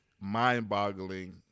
mind-boggling